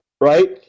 right